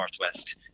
northwest